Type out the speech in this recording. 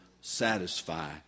satisfy